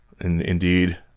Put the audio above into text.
Indeed